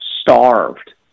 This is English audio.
starved